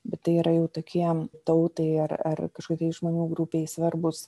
bet tai yra jau tokiem tautai ar kažkokiai žmonių grupei svarbūs